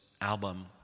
album